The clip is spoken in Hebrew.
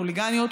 חוליגניות,